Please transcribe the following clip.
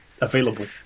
available